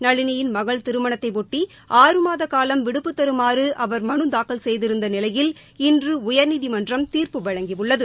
நளினியின் மகள் திருமணத்தையொட்டி ஆறு மாத காலம் விடுப்பு தருமாறு அவர் மனுதாக்கல் செய்திருந்த நிலையில் இன்று உயர்நீதிமன்றம் தீர்ப்பு வழங்கியுள்ளது